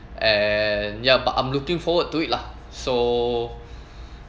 and ya but I'm looking forward to it lah so